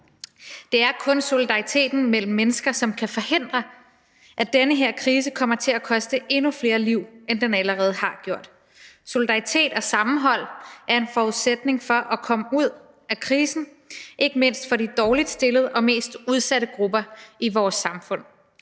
Det er kun solidariteten mellem mennesker, som kan forhindre, at den her krise kommer til at koste endnu flere liv, end den allerede har gjort. Solidaritet og sammenhold er en forudsætning for at komme ud af krisen, ikke mindst for de dårligst stillede og mest udsatte grupper i vores samfund.